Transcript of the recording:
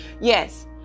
yes